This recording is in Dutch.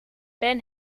ben